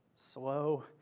Slow